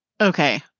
Okay